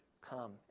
come